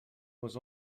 was